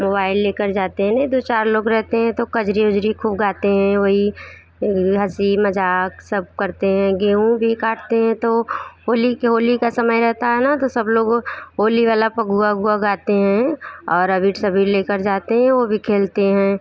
mobile ले कर जाते हैं दो चार लोग रहते हैं तो कजरी उजरी ख़ूब गाते हैं वही हंसी मज़ाक़ सब करते हैं गेहूं भी काटते हैं तो होली के होली का समय रहता है ना तो सब लोग होली वाला फगुआ अगुआ गाते हैं और अबीर सबिर ले कर जाते हैं वो भी खेलते हैं